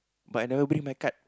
but I never bring my card